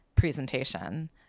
Presentation